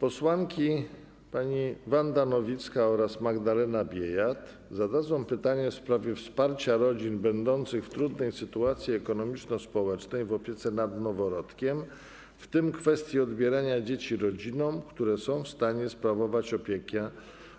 Posłanki Wanda Nowicka oraz Magdalena Biejat zadadzą pytanie w sprawie wsparcia rodzin będących w trudnej sytuacji ekonomiczno-społecznej w opiece nad noworodkiem, w tym kwestii odbierania dzieci rodzinom, które są w stanie sprawować